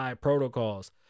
protocols